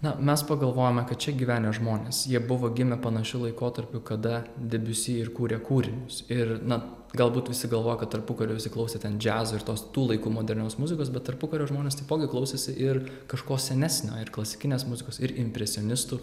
na mes pagalvojome kad čia gyvenę žmonės jie buvo gimę panašiu laikotarpiu kada debiusi ir kūrė kūrinius ir na galbūt visi galvoja kad tarpukariu visi klausė ten džiazo ir tos tų laikų modernios muzikos bet tarpukario žmonės taipogi klausėsi ir kažko senesnio ir klasikinės muzikos ir impresionistų